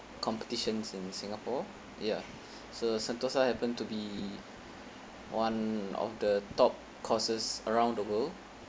competitions in singapore ya so sentosa happened to be one of the top courses around the world